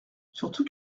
surtout